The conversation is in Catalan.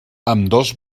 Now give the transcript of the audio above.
ambdós